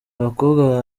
abakobwa